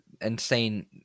insane